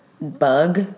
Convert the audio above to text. bug